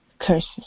curses